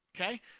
okay